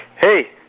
Hey